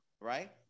right